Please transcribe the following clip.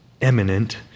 eminent